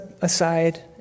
aside